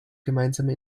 gemeinsame